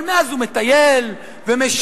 אבל מאז הוא מטייל ומשייט,